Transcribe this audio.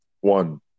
One